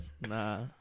Nah